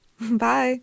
bye